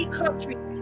countries